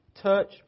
touch